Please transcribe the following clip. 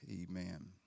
Amen